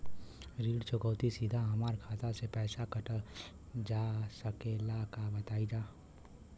ऋण चुकौती सीधा हमार खाता से पैसा कटल जा सकेला का बताई जा?